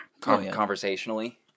conversationally